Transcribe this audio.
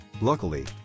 Luckily